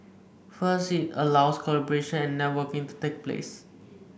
firstly it allows collaboration and networking to take place